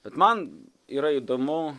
bet man yra įdomu